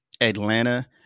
atlanta